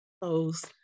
close